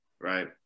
right